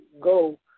go